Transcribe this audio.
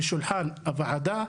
לשולחן הוועדה,